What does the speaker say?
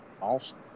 awesome